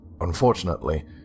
unfortunately